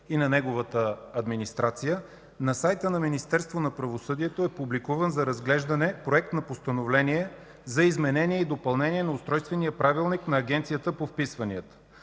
и на неговата администрация, на сайта на Министерство на правосъдието е публикуван за разглеждане проект на Постановление за изменение и допълнение на Устройствения правилник на Агенция по вписванията.